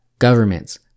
governments